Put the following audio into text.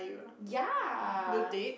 ya